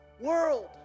world